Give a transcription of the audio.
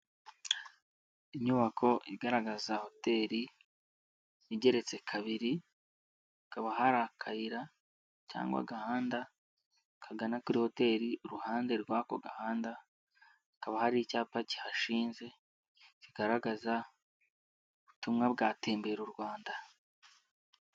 Inyubako igaragaza hoteli igeretse kabiri, hakaba hari akayira cyangwa agahanda kagana kuri hoteli, iruhande rw'ako gahanda hakaba hari icyapa kihashinze kigaragaza ubutumwa bwa tembera u Rwanda.